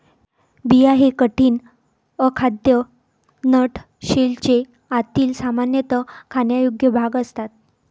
बिया हे कठीण, अखाद्य नट शेलचे आतील, सामान्यतः खाण्यायोग्य भाग असतात